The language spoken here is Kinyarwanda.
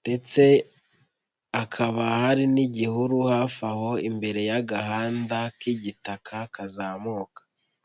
ndetse hakaba hari n'igihuru hafi aho imbere y'agahanda k'igitaka kazamuka.